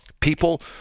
People